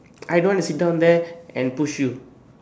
I don't want to sit down there and push you